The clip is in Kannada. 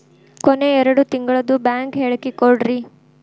ಕೊನೆ ಎರಡು ತಿಂಗಳದು ಬ್ಯಾಂಕ್ ಹೇಳಕಿ ಕೊಡ್ರಿ